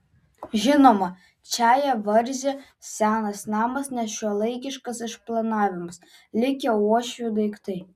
žinoma čia ją varžė senas namas nešiuolaikiškas išplanavimas likę uošvių daiktai